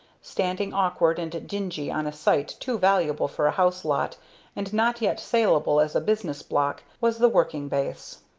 standing, awkward and dingy on a site too valuable for house lot and not yet saleable as a business block, was the working base.